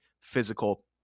physical